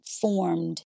formed